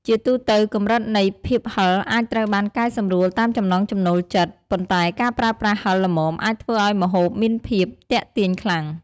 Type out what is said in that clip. ជាទូទៅ កម្រិតនៃភាពហឹរអាចត្រូវបានកែសម្រួលតាមចំណង់ចំណូលចិត្ត ប៉ុន្តែការប្រើប្រាស់ហឹរល្មមអាចធ្វើឱ្យម្ហូបមានភាពទាក់ទាញខ្លាំង។